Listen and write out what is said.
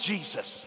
Jesus